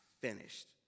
finished